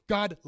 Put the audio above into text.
God